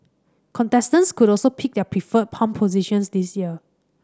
contestants could also pick their preferred palm positions this year